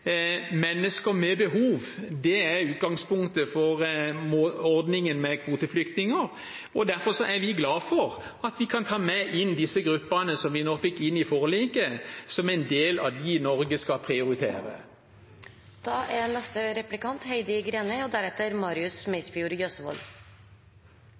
er utgangspunktet for ordningen med kvoteflyktninger. Derfor er vi glade for at vi kan ta med disse gruppene som vi fikk inn i forliket, som en del av dem Norge skal prioritere. Den økonomiske situasjonen i norske kommuner er dramatisk. Med stadig trangere økonomiske rammer skal kommunene finansiere stadig nye oppgaver og